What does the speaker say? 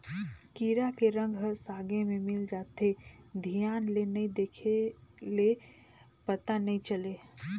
कीरा के रंग ह सागे में मिल जाथे, धियान ले नइ देख ले पता नइ चले